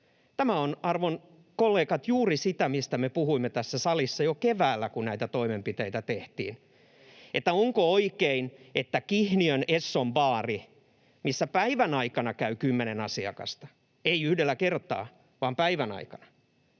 Tämä on, arvon kollegat, juuri sitä, mistä me puhuimme tässä salissa jo keväällä, kun näitä toimenpiteitä tehtiin, että onko oikein, että Kihniön Esson baari, missä päivän aikana käy kymmenen asiakasta, ei yhdellä kertaa, vaan päivän aikana,